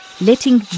letting